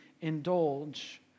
indulge